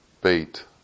bait